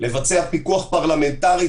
לבצע פיקוח פרלמנטרי.